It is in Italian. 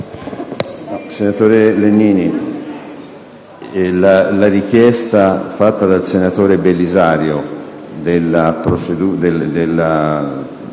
Senatore Legnini, la richiesta, fatta dal senatore Belisario, della dichiarazione